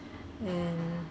um